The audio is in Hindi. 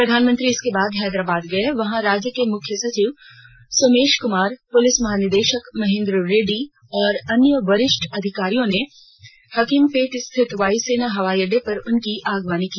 प्रधानमंत्री इसके बाद हैदराबाद गये वहां राज्य के मुख्य सचिव सोमेश कुमार पुलिस महानिदेशक महेन्द्र रेड्डी और अन्य वरिष्ठ अधिकारियों ने हाकिमपेट स्थित वायुसेना हवाईअड्डे पर उनकी अगवानी की